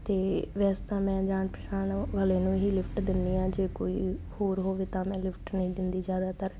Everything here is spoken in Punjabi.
ਤੇ ਵੈਸੇ ਤਾਂ ਮੈਂ ਜਾਣ ਪਛਾਣ ਵਾਲੇ ਨੂੰ ਹੀ ਲਿਫਟ ਦਿੰਦੀ ਆਂ ਜੇ ਕੋਈ ਹੋਰ ਹੋਵੇ ਤਾਂ ਮੈਂ ਲਿਫਟ ਨਹੀਂ ਦਿੰਦੀ ਜ਼ਿਆਦਾਤਰ